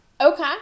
okay